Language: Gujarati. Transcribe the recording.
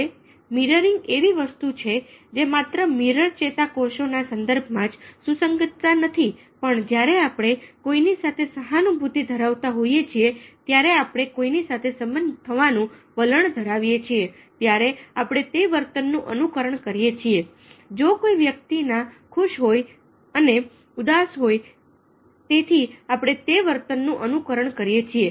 હવેમીરરીંગ એવી વસ્તુ છે જે માત્ર મીરર ચેતાકોષો ના સંદર્ભમાં જ સુસંગતતા નથી પણ જ્યારે આપણે કોઈની સાથે સહાનુભૂતિ ધરાવતા હોઈએ છીએ ત્યારે આપણે કોઈની સાથે સંબંધ થવાનું વલણ ધરાવીએ છીએ ત્યારે આપણે તે વર્તનનું અનુકરણ કરીએ છીએ જો કોઈ વ્યક્તિના ખુશ હોય અને ઉદાસ હોય તેથી આપણે તે વર્તન નું અનુકરણ કરીએ છીએ